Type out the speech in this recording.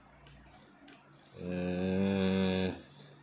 uh